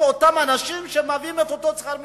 מאותם אנשים שמביאים את אותו שכר מינימום?